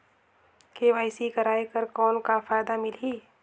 KYC कराय कर कौन का फायदा मिलही?